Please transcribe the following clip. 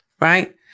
right